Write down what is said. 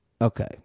Okay